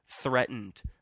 threatened